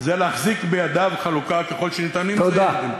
זה להחזיק בידיו חלוקה ככל שניתן, תודה.